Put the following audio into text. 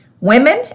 Women